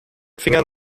fingern